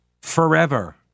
forever